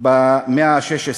במאה ה-16.